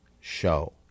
show